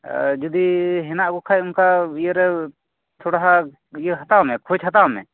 ᱮᱸ ᱡᱩᱫᱤ ᱦᱮᱱᱟᱜ ᱠᱩ ᱠᱷᱟᱡ ᱤᱭᱟᱹ ᱨᱮ ᱦᱟᱛᱟᱣ ᱢᱮ ᱠᱷᱳᱡ ᱦᱟᱛᱟᱣ ᱢᱮ